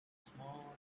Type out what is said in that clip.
small